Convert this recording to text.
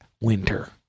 winter